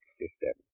system